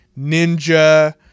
Ninja